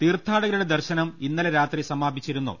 തീർഥാടകരുടെ ദർശനം ഇന്നലെ രാത്രി സമാപിച്ചിരു ന്നു